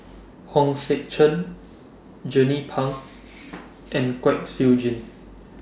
Hong Sek Chern Jernnine Pang and Kwek Siew Jin